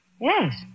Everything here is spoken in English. Yes